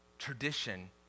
Tradition